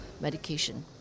medication